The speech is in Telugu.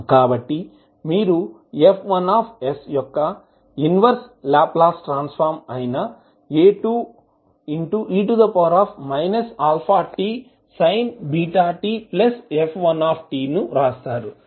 కాబట్టి మీరు F1s యొక్క ఇన్వర్స్ లాప్లాస్ ట్రాన్స్ ఫార్మ్ అయిన A2e αtsin βtf1 ను వ్రాస్తారు